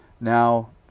now